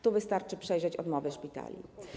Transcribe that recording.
Tu wystarczy przejrzeć odmowy szpitali.